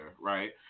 Right